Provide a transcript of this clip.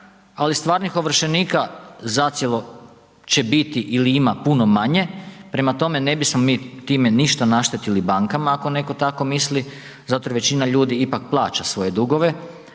ali stvarnih ovršenika zacijelo će biti ili ima puno manje, prema tome, ne bismo mi time ništa naštetili bankama ako netko tako misli zato jer većina ljudi ipak plaća svoje dugove,